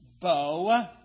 bow